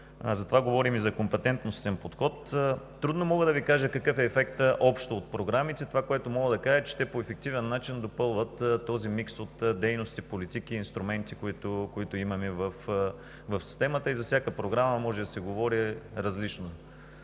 говорим и за компетентностен подход. Трудно мога да Ви кажа какъв е ефектът общо от програмите. Това, което мога да кажа е, че те по ефективен начин допълват този микс от дейности, политики и инструменти, които имаме в системата и за всяка програма може да се говори различно.